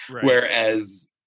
Whereas